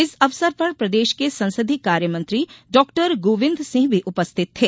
इस अवसर पर प्रदेश के संसदीय कार्य मंत्री डाक्टर गोविन्द सिंह भी उपस्थित थे